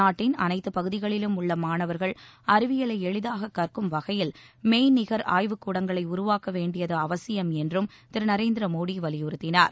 நாட்டின் அனைத்துப் பகுதிகளிலும் உள்ள மாணவர்கள் அறிவியலை எளிதாகக் கற்கும் வகையில் மெய்நிகர் ஆய்வுக் கூடங்களை உருவாக்க வேண்டியது அவசியம் என்றும் திரு நரேந்திர மோடி வலியுறுத்தினார்